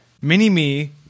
mini-me